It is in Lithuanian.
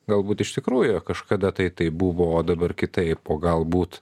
galbūt iš tikrųjų kažkada tai taip buvo o dabar kitaip o galbūt